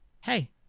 hey